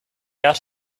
out